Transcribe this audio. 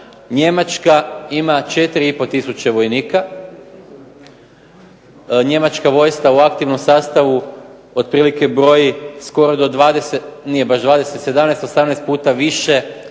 Njemačka ima 4 i pol tisuće vojnika. Njemačka vojska u aktivnom sastavu otprilike broji skoro do 20, nije baš 20, 17, 18 puta više